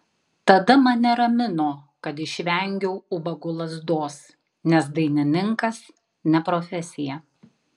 tada mane ramino kad išvengiau ubago lazdos nes dainininkas ne profesija